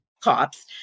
cops